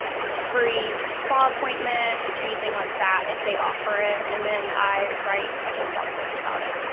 free spa appointment, anything like that, if they offer it and then i write a whole blog post about it.